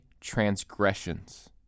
transgressions